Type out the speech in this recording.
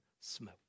smoke